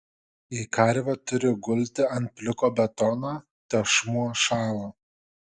jei karvė turi gulti ant pliko betono tešmuo šąla